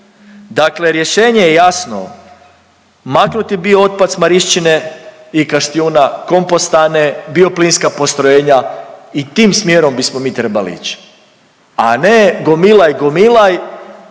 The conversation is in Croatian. Dakle rješenje je jasno, maknuti biootpad s Marišćine i Kaštijuna, kompostane, bioplinska postrojenja i tim smjerom bismo mi trebali ići, a ne gomilaj, gomilaj,